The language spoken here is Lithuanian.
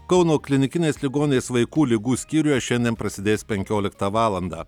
kauno klinikinės ligoninės vaikų ligų skyriuje šiandien prasidės penkioliktą valandą